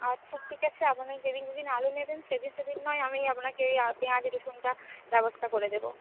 আচ্ছা ঠিক আছে আপনি যেদিন যেদিন আলু নেবেন সেদিন সেদিন না হয় আমি আপনাকে এই পেঁয়াজ রসুনটা ব্যবস্থা করে দেবো